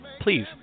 Please